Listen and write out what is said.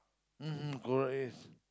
mmhmm correct yes